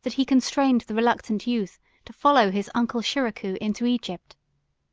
that he constrained the reluctant youth to follow his uncle shiracouh into egypt